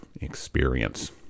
experience